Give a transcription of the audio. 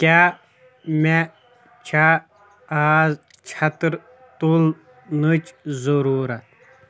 کیاہ مے چھا آز چٔھتٔر تُلنٕچ ضرورت